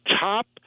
top